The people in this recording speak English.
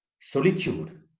solitude